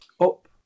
up